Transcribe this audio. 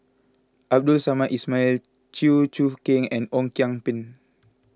Abdul Samad Ismail Chew Choo Keng and Ong Kian Peng